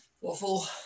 waffle